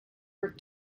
worth